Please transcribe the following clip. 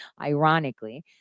ironically